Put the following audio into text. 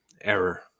error